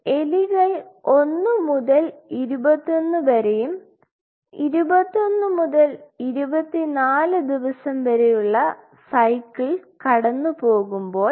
എലികൾ ഒന്നു മുതൽ 21 വരെയും 21 മുതൽ 24 ദിവസം വരെയുള്ള സൈക്കിൾ കടന്നുപോകുമ്പോൾ